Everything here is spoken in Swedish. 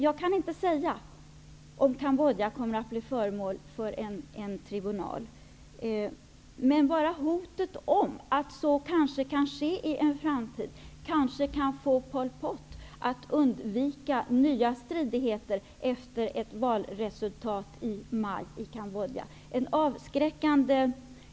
Jag kan inte säga om Kambodja kommer att bli föremål för en tribunal, men bara hotet om att så kan ske i en framtid kan kanske få Pol Pot att undvika nya stridigheter efter valet i Kambodja i maj.